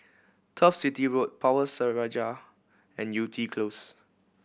Turf City Road Power Seraya and Yew Tee Close